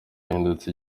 yahindutse